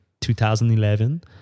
2011